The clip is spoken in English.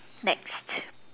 next